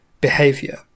behavior